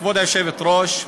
כבוד היושבת-ראש,